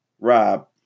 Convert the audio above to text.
Rob